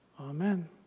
Amen